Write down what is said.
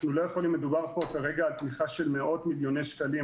מדובר פה כרגע על תמיכה של מאות מיליוני שקלים,